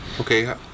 Okay